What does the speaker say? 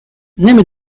نمی